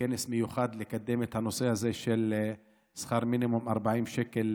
כנס מיוחד לקדם את הנושא הזה של שכר מינימום של 40 שקלים